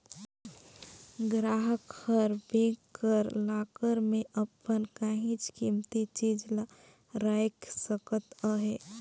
गराहक हर बेंक कर लाकर में अपन काहींच कीमती चीज ल राएख सकत अहे